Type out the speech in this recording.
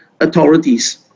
authorities